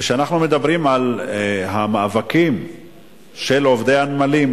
כשאנחנו מדברים על המאבקים של עובדי הנמלים,